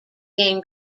gain